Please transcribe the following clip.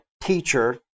teacher